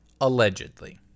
allegedly